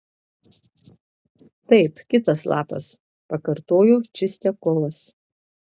taip kitas lapas pakartojo čistiakovas